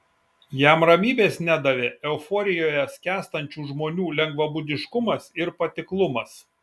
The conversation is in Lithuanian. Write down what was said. jam ramybės nedavė euforijoje skęstančių žmonių lengvabūdiškumas ir patiklumas